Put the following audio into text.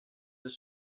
deux